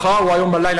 מחר או היום בלילה,